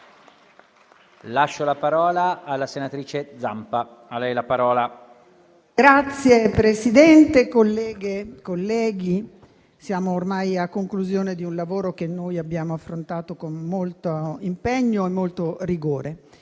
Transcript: colleghe e colleghi, siamo ormai a conclusione di un lavoro che abbiamo affrontato con molto impegno e molto rigore.